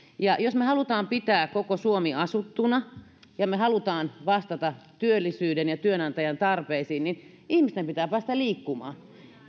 jos me me haluamme pitää koko suomen asuttuna ja me haluamme vastata työllisyyden ja työnantajien tarpeisiin niin ihmisten pitää päästä liikkumaan